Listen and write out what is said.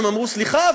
אמרו: סליחה,